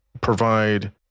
provide